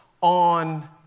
on